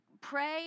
pray